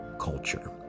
culture